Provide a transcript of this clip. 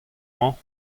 mañ